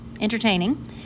entertaining